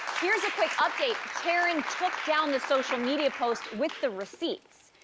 here's a quick update, taryn took down the social media post with the receipts.